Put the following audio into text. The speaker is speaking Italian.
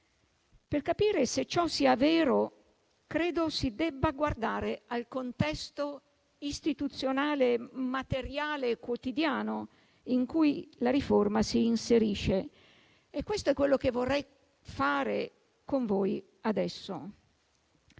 per capire se ciò sia vero, credo si debba guardare al contesto istituzionale materiale e quotidiano in cui la riforma si inserisce. Questo è quello che vorrei fare con voi adesso.